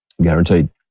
Guaranteed